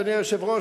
אדוני היושב-ראש,